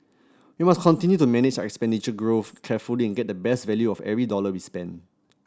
we must continue to manage our expenditure growth carefully and get the best value of every dollar we spend